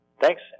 Thanks